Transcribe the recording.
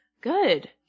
good